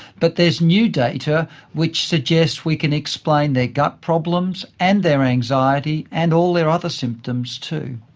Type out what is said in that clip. but there is new data which suggests we can explain their gut problems and their anxiety and all their other symptoms too.